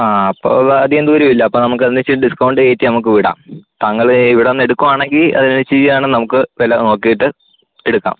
ആ ആപ്പം അത് അധികം ദൂരമില്ല അപ്പം നമുക്കൊന്നിച്ച് ഡിസ്കൗണ്ട് കയറ്റി നമുക്ക് വിടാം താങ്കൾ ഇവിടെ വന്ന് എടുക്കുകയാണെങ്കിൽ അതിനനുസരിച്ച് ചെയ്യാണെ നമുക്ക് വില നോക്കീട്ട് എടുക്കാം